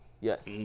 Yes